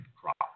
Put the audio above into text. crop